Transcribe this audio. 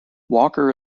walker